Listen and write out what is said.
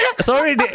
sorry